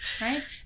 right